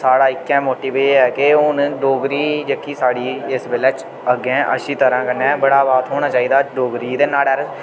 साढ़ा इक्कै मोटिव एह् ऐ के हून डोगरी जेह्की साढ़ी इस बैल्ले अग्गें अच्छी तरह कन्नै बढ़ावा थ्होना चाहिदा डोगरी ते नुहाड़े'र